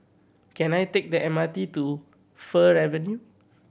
can I take the M R T to Fir Avenue